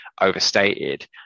overstated